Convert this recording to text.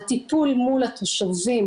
הטיפול מול התושבים,